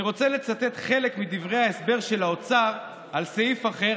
אני רוצה לצטט חלק מדברי ההסבר של האוצר על סעיף אחר,